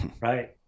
Right